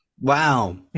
wow